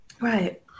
Right